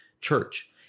church